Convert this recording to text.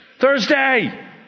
Thursday